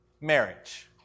marriage